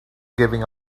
giving